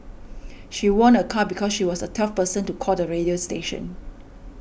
she won a car because she was a twelfth person to call the radio station